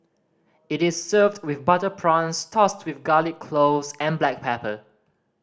it is served with butter prawns tossed with garlic cloves and black pepper